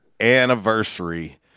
anniversary